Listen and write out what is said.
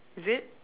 is it